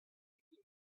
bikini